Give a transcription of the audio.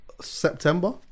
september